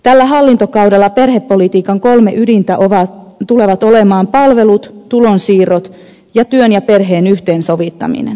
tällä hallintokaudella perhepolitiikan kolme ydintä tulevat olemaan palvelut tulonsiirrot ja työn ja perheen yhteensovittaminen